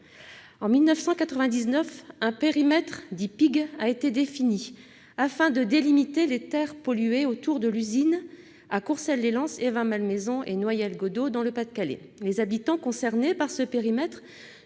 En 1999, un périmètre dit « PIG » a été défini, afin de délimiter les terres polluées autour de l'usine à Courcelles-lès-Lens, Evin-Malmaison et Noyelles-Godault dans le Pas-de-Calais. Les habitants concernés par ce périmètre